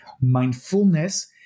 mindfulness